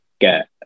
get